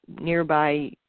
nearby